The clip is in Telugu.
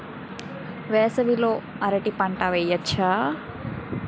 వేసవి లో అరటి పంట వెయ్యొచ్చా?